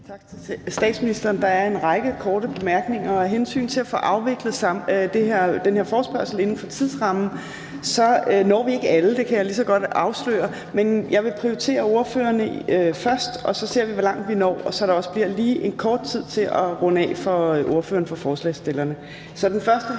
Tak til statsministeren. Der er en række korte bemærkninger, og af hensyn til at den her forespørgsel skal kunne afvikles inden for tidsrammen, når vi ikke alle; det kan jeg lige så godt afsløre. Men jeg vil prioritere ordførerne først, og så ser vi, hvor langt vi når, så der også lige bliver en kort tid til ordføreren for forespørgerne